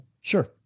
sure